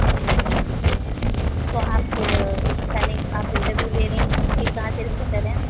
जी जी तो आप सैनिक आप इन्टरव्यू ले रहीं फिर कहाँ से रिपोर्टर हैं आप